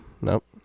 Nope